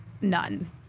none